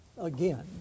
again